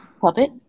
puppet